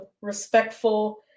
respectful